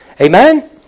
Amen